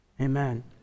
Amen